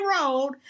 Road